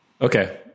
Okay